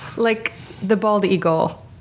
like the bald eagle?